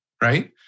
right